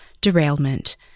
derailment